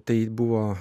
tai buvo